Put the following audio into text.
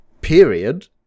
period